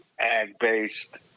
ag-based